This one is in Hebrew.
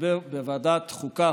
כחבר בוועדת החוקה,